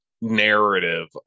narrative